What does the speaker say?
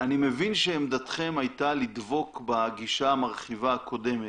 אני מבין שעמדתכם הייתה לדבוק בגישה המרחיבה הקודמת.